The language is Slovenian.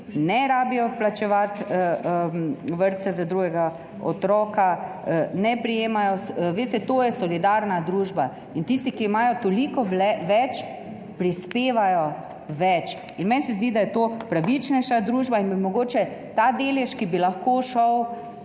ne rabijo plačevati vrtca za drugega otroka, ne prejemajo. Veste, to je solidarna družba, in tisti, ki imajo toliko več, prispevajo več. Meni se zdi, da je to pravičnejša družba, in bi mogoče lahko ta delež, ki bi šel